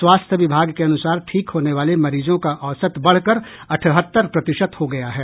स्वास्थ्य विभाग के अनुसार ठीक होने वाले मरीजों का औसत बढ़कर अठहत्तर प्रतिशत हो गया है